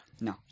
No